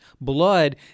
blood